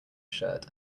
shirt